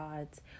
odds